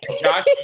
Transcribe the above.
Josh